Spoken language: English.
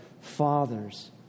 fathers